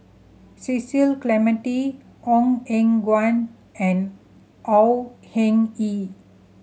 Cecil Clementi Ong Eng Guan and Au Hing Yee